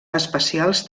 espacials